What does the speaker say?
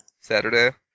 Saturday